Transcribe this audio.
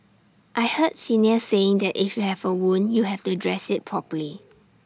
I heard seniors saying that if you have A wound you have to dress IT properly